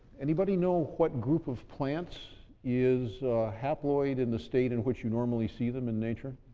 anybody know what group of plants is haploid in the state in which you normally see them in nature,